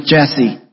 Jesse